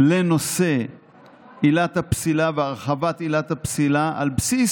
לנושא עילת הפסילה והרחבת עילת הפסילה על בסיס